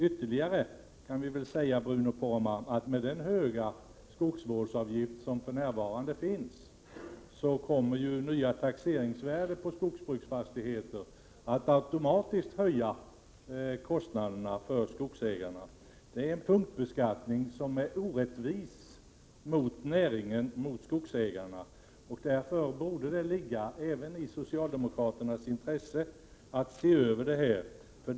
Med den nuvarande höga skogsvårdsavgiften kommer dessutom de nya taxeringsvärdena på skogsbruksfastigheter att automatiskt höja kostnaderna för skogsägarna. Detta är en punktbeskattning som är orättvis mot skogsägarna. Därför borde det ligga även i socialdemokraternas intresse att se över denna fråga.